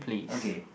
okay